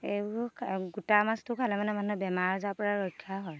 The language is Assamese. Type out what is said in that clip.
এইবোৰ গোটা মাছটো খালে মানে মানুহে বেমাৰ আজাৰৰ পৰা ৰক্ষা হয়